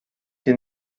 hier